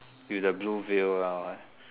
with the blue veil lah